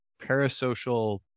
parasocial